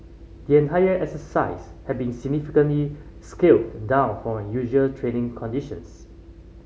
the entire exercise had been significantly scaled down for unusual training conditions